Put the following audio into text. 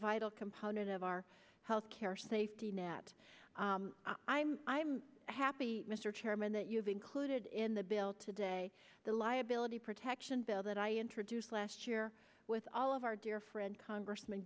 vital component of our health care safety net i'm i'm happy mr chairman that you've included in the bill today the liability protection bill that i introduced last year with all of our dear friend congressm